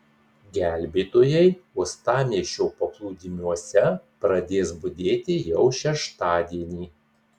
gelbėtojai uostamiesčio paplūdimiuose pradės budėti jau šeštadienį